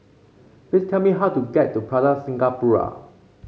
please tell me how to get to Plaza Singapura